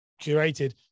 curated